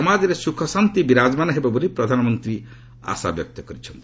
ସମାଜରେ ସୁଖଶାନ୍ତି ବିରାଜମାନ ହେବ ବୋଲି ପ୍ରଧାନମନ୍ତ୍ରୀ ଆଶାବ୍ୟକ୍ତ କରିଛନ୍ତି